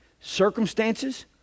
Circumstances